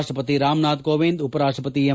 ರಾಷ್ಟಪತಿ ರಾಮನಾಥ್ ಕೋವಿಂದ್ ಉಪರಾಷ್ಟಪತಿ ಎಂ